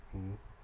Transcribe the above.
mmhmm